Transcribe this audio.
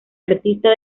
artista